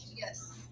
Yes